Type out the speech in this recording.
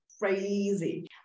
crazy